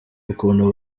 ukuntu